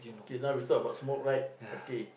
K now we talk about smoke right okay